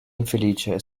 infelice